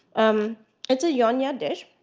um it's a nyonya dish.